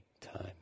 time